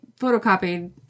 photocopied